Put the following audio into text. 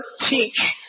teach